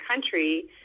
country